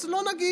אז לא נגיד.